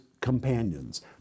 companions